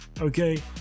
okay